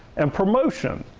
and promotion.